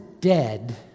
dead